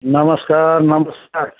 नमस्कार नमस्कार